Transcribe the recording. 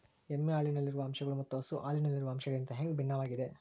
ಎಮ್ಮೆ ಹಾಲಿನಲ್ಲಿರುವ ಅಂಶಗಳು ಮತ್ತ ಹಸು ಹಾಲಿನಲ್ಲಿರುವ ಅಂಶಗಳಿಗಿಂತ ಹ್ಯಾಂಗ ಭಿನ್ನವಾಗಿವೆ?